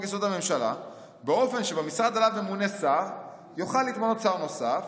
הממשלה באופן שבמשרד עליו ממונה שר יוכל להתמנות שר נוסף